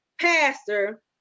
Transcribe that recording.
pastor